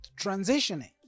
transitioning